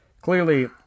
clearly